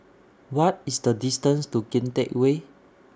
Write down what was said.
What IS The distance to Kian Teck Way